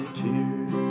tears